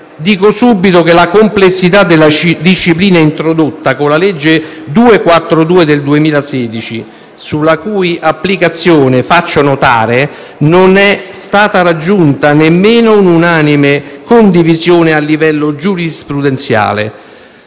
dico subito che la complessità della disciplina introdotta con la legge n. 242 del 2016 - sulla cui applicazione faccio notare che non è stata raggiunta nemmeno unanime condivisione a livello giurisprudenziale